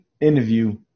interview